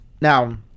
Now